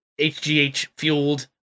HGH-fueled